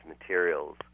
materials